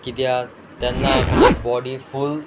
कित्याक तेन्ना आमचे बॉडी फूल